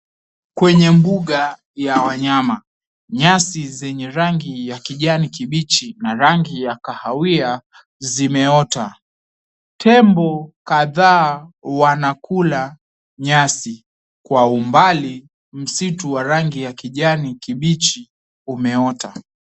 Kwenye mbuga ya wanyama, nyasi zenye rangi ya kijani kibichi na rangi ya kahawia zimeota. Tembo kadhaa wanakula nyasi kwa umbali, msitu wa rangi ya kijani kibichi umeota.